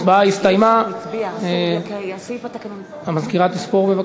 התשע"ה 2015. יציג את החוק יושב-ראש ועדת